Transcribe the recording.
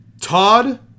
Todd